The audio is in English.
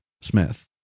Smith